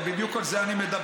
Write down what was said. הרי בדיוק על זה אני מדבר.